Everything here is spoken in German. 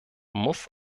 muss